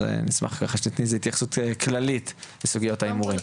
אז נשמח שתתני התייחסות כללית לסוגיית ההימורים.